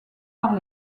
par